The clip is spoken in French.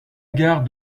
gare